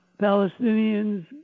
Palestinians